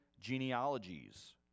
genealogies